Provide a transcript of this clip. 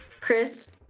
Chris